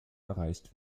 erreicht